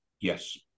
Yes